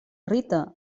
rita